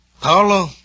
Paolo